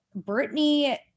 Britney